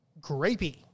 grapey